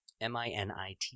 M-I-N-I-T